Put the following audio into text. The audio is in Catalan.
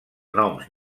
noms